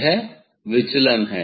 यह विचलन है